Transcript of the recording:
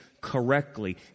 correctly